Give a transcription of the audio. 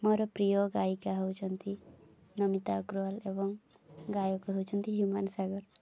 ମୋର ପ୍ରିୟ ଗାୟିକା ହେଉଛନ୍ତି ନମିତା ଅଗ୍ରୱାଲ୍ ଏବଂ ଗାୟକ ହେଉଛନ୍ତି ହ୍ୟୁମାନ୍ ସାଗର